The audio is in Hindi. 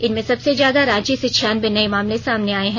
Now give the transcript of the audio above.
इनमें सबसे ज्यादा रांची से छियानबे नये मामले सामने आये हैं